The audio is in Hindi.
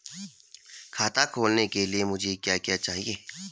खाता खोलने के लिए मुझे क्या क्या चाहिए?